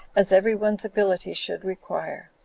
as every one's ability should require.